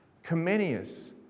Comenius